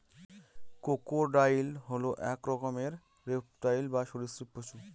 crocodile হল এক রকমের রেপ্টাইল বা সরীসৃপ পশু